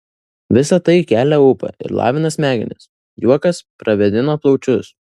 visa tai kelia ūpą ir lavina smegenis juokas pravėdina plaučius